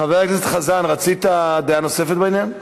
חבר הכנסת חזן, רצית דעה נוספת בעניין?